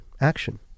action